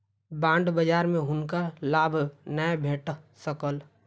bond बजार में हुनका लाभ नै भेट सकल